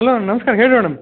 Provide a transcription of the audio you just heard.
hello ನಮಸ್ಕಾರ ಹೇಳಿರಿ madam